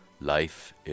life